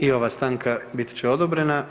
I ova stanka bit će odobrena.